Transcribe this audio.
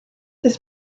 his